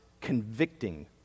convicting